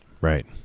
Right